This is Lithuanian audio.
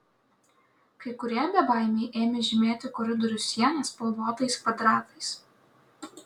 kai kurie bebaimiai ėmė žymėti koridorių sienas spalvotais kvadratais